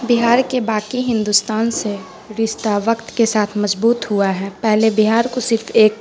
بہار کے باقی ہندوستان سے رشتہ وقت کے ساتھ مضبوط ہوا ہے پہلے بہار کو صرف ایک